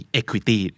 equity